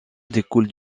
découle